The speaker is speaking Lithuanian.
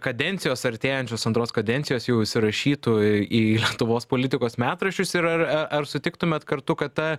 kadencijos artėjančios antros kadencijos jau įsirašytų į lietuvos politikos metraščius ir ar ar sutiktumėt kartu kad ta